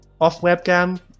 Off-webcam